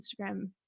Instagram